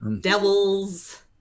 Devils